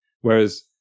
Whereas